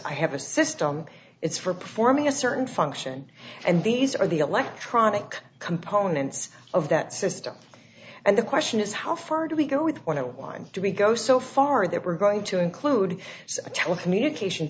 i have a system it's for performing a certain function and these are the electronic components of that system and the question is how far do we go with one it wind to be go so far that we're going to include a telecommunication